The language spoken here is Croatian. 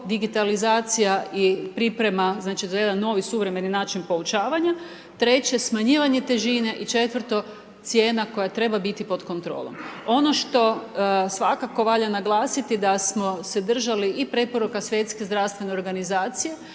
digitalizacija i priprema, za jedan novi, suvremeni način poučavanja, treće smanjivanje težine i četvrto cijena koja treba biti pod kontrolom. Ono što svakako valja naglasiti, da smo se držali i preporuka WHO vezano uz